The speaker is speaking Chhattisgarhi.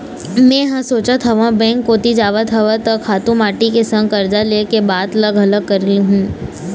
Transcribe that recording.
मेंहा सोचत हव बेंक कोती जावत हव त खातू माटी के संग करजा ले के बात ल घलोक कर लुहूँ